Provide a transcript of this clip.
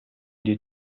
die